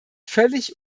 völlig